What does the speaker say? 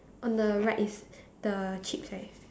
on the right is the cheeks right